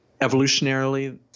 evolutionarily